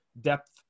depth